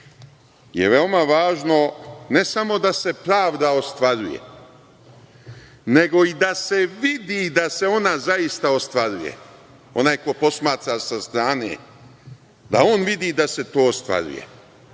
je veoma važno ne samo da se pravda ostvaruje, nego i da se vidi da se ona zaista ostvaruje. Onaj ko posmatra sa strane, da on vidi da se to ostvaruje.